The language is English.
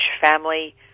family